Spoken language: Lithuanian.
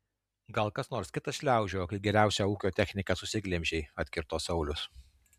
gal kas nors kitas šliaužiojo kai geriausią ūkio techniką susiglemžei atkirto saulius